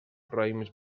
raïms